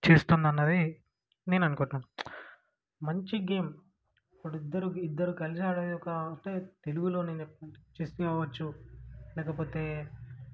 చేస్తున్నన్నది నేననుకుంటున్నాను మంచి గేమ్ ఇప్పుడిద్దరు ఇద్దరు కలిసి ఆడేదే కాబట్టి తెలుగులో నేనే చెస్ కావచ్చు లేకపోతే